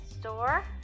store